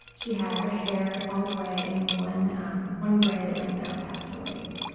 she had her hair, all gray, in one um one braid that went down past her waist,